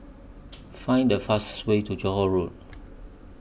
Find The fastest Way to Johore Road